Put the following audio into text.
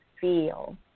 feel